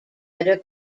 better